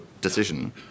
decision